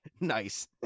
Nice